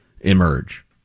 emerge